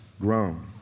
grown